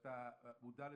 אתה מודע לזה,